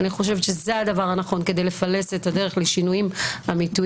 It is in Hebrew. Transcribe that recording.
אני חושבת שזה הדבר הנכון כדי לפלס את הדרך לשינויים אמיתיים.